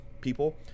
people